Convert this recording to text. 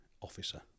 officer